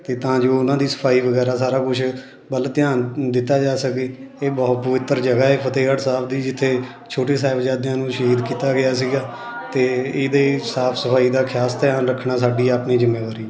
ਅਤੇ ਤਾਂ ਜੋ ਉਹਨਾਂ ਦੀ ਸਫਾਈ ਵਗੈਰਾ ਸਾਰਾ ਕੁਛ ਵੱਲ ਧਿਆਨ ਦਿੱਤਾ ਜਾ ਸਕੇ ਇਹ ਬਹੁਤ ਪਵਿੱਤਰ ਜਗ੍ਹਾ ਹੈ ਫਤਿਹਗੜ੍ਹ ਸਾਹਿਬ ਦੀ ਜਿੱਥੇ ਛੋਟੇ ਸਾਹਿਬਜ਼ਾਦਿਆਂ ਨੂੰ ਸ਼ਹੀਦ ਕੀਤਾ ਗਿਆ ਸੀਗਾ ਅਤੇ ਇਹਦੇ ਸਾਫ ਸਫਾਈ ਦਾ ਖਾਸ ਧਿਆਨ ਰੱਖਣਾ ਸਾਡੀ ਆਪਣੀ ਜਿੰਮੇਵਾਰੀ